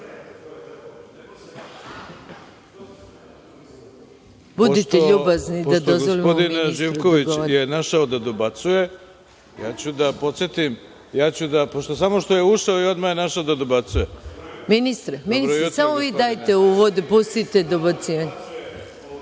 Budite ljubazni da dozvolimo ministru da govori.